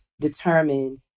determined